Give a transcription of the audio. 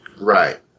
Right